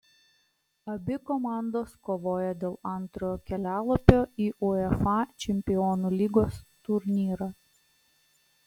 abi komandos kovoja dėl antrojo kelialapio į uefa čempionų lygos turnyrą